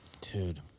dude